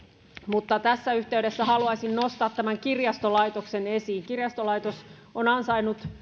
mutta tässä yhteydessä haluaisin nostaa tämän kirjastolaitoksen esiin kirjastolaitos on ansainnut